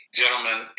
gentlemen